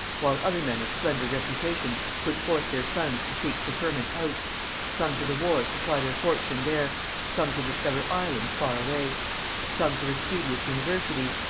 while other men of slender reputation put forth their sons to seek preferment out some to the wars to try their fortune there some to discover islands far away some to the studious universities.